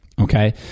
Okay